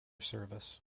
service